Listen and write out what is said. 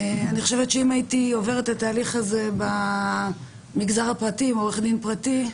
אני חושבת שאם הייתי עוברת את התהליך הזה במגזר הפרטי עם עורך דין פרטי,